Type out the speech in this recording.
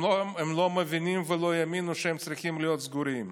הם לא מבינים ולא יאמינו שהם צריכים להיות סגורים.